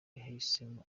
yahisemo